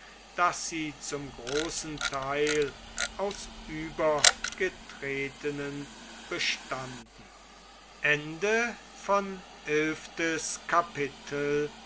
daß sie zum großen teil aus übergetretenen bestanden